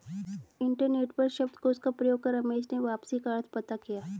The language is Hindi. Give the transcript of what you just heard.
इंटरनेट पर शब्दकोश का प्रयोग कर रमेश ने वापसी का अर्थ पता किया